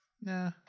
Nah